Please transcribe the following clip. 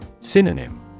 Synonym